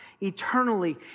eternally